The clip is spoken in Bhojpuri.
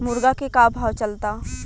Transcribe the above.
मुर्गा के का भाव चलता?